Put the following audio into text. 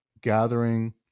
gathering